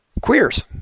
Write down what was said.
queers